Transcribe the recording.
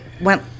went